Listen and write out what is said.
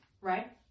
right